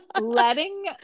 letting